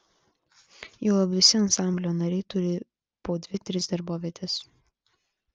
juolab visi ansamblio nariai turi po dvi tris darbovietes